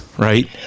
Right